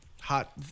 Hot